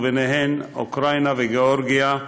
ובהן אוקראינה וגיאורגיה,